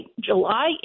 July